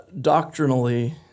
doctrinally